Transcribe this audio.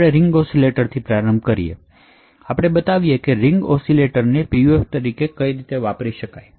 આપણે રીંગ ઑસિલેટરથી પ્રારંભ કરીશું અને બતાવીશું કે રીંગ ઑસિલેટરને પીયુએફતરીકે કેવી રીતે વાપરી શકાય છે